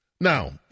Now